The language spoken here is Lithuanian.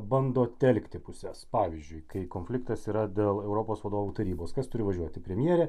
bando telkti puses pavyzdžiui kai konfliktas yra dėl europos vadovų tarybos kas turi važiuoti premjerė